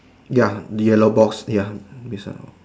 ya yellow box ya